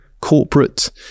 corporate